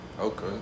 Okay